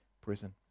prison